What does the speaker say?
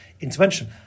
intervention